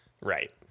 Right